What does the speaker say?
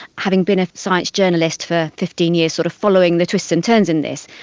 having been a science journalist for fifteen years sort of following the twists and turns in this,